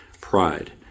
pride